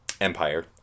Empire